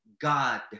God